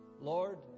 Lord